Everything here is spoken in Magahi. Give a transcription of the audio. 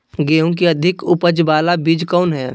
गेंहू की अधिक उपज बाला बीज कौन हैं?